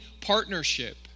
partnership